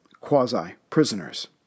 quasi-prisoners